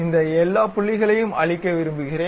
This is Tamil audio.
இந்த எல்லா புள்ளிகளையும் அழிக்க விரும்புகிறேன்